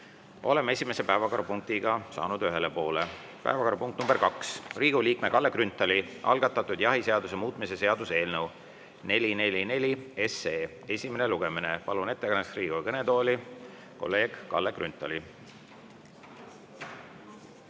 Oleme esimese päevakorrapunktiga saanud ühele poole. Päevakorrapunkt nr 2: Riigikogu liikme Kalle Grünthali algatatud jahiseaduse muutmise seaduse eelnõu 444 esimene lugemine. Palun ettekandeks Riigikogu kõnetooli kolleeg Kalle Grünthali.